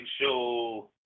Show